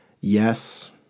Yes